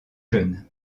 jeunes